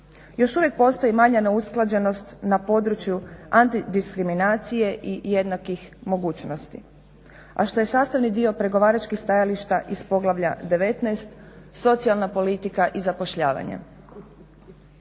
još uvijek postoji manja neusklađenost na području antidiskriminacije i jednakih mogućnosti, a što je sastavni dio pregovaračkih stajališta iz Poglavlja 19. – Socijalna politika i zapošljavanje.